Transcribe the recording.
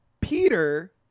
Peter